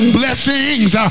blessings